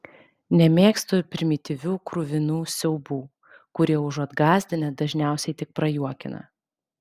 nemėgstu primityvių kruvinų siaubų kurie užuot gąsdinę dažniausiai tik prajuokina